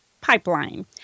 pipeline